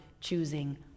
choosing